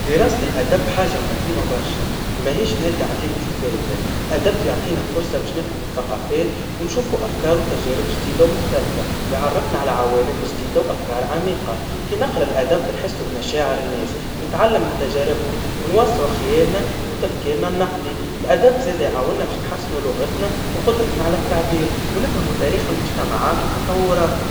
دراسة الأدب حاجا مهما برشا, ومهيش مادا عديمة الفايدا, الأدب بيعطينا فرصا باش نفهموا ثقافات ونشوفوا أفكار وتجارب جديدا ومختلفا, ويعرفنا على عوالم جديدا وأفكار عميقا, كي نقرا الأدب بنحسوا بمشاعر الناس, نتعلم من تجاربهم, ونوسعوا خيالنا وتفكيرنا النقدي, الأدب زاد يعاوننا نحسنوا لغتنا, وقدرتنا على التعبير, ونفهموا تاريخ المجتمعات وتطوراته.